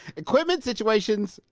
equipment, situations,